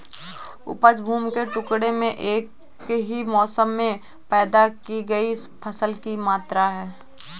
उपज भूमि के टुकड़े में एक ही मौसम में पैदा की गई फसल की मात्रा है